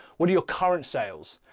what are your current sales,